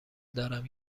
دارم